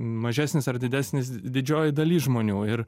mažesnis ar didesnis didžioji dalis žmonių ir